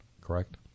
correct